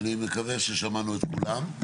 אני מקווה ששמענו את כולם.